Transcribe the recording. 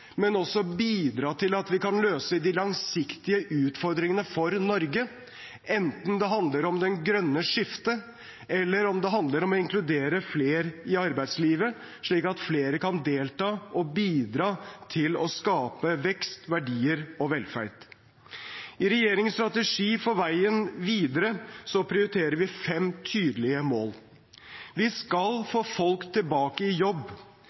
bidra til at vi kan løse de langsiktige utfordringene for Norge, enten det handler om det grønne skiftet, eller det handler om å inkludere flere i arbeidslivet, slik at flere kan delta og bidra til å skape vekst, verdier og velferd. I regjeringens strategi for veien videre prioriterer vi fem tydelige mål: vi skal få folk tilbake i jobb